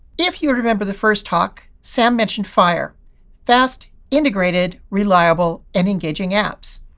if you remember the first talk, sam mentioned fire fast, integrated, reliable, and engaging apps.